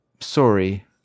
sorry